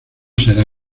será